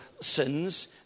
sins